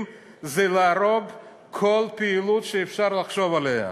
זה להרוג כל פעילות שאפשר לחשוב עליה.